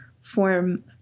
form